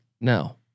No